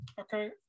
Okay